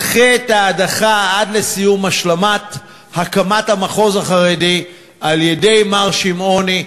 ודחה את ההדחה עד לסיום השלמת הקמת המחוז החרדי על-ידי מר שמעוני,